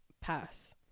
pass